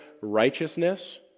righteousness